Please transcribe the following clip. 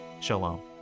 Shalom